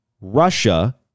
Russia